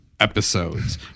episodes